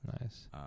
nice